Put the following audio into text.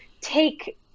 take